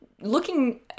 looking